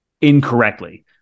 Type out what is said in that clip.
incorrectly